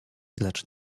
lecz